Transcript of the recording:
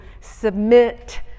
submit